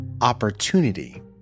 opportunity